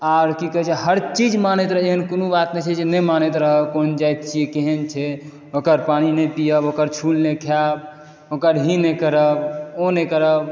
आर की कहै छै हर चीज मानैत रहै एहन कोनो बात नहि छै जे नहि मानैत रहै कोन जाइत छियै केहन छै ओकर पानि नहि पीएब ओकर छूल नहि खायब ओकर ई नहि करब ओ नहि करब